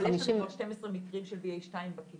אבל יש לנו כבר 12 מקרים של BA2 בקהילה.